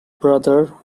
brother